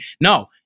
No